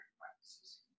practices